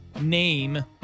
name